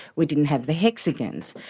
we didn't have the hexagons.